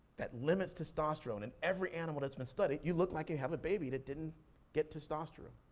that limits testosterone in every animal that's been studied, you look like you have a baby that didn't get testosterone.